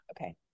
Okay